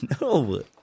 No